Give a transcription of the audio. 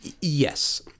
yes